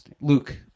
Luke